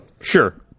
Sure